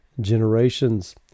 generations